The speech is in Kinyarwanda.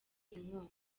inkunga